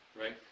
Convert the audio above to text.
Right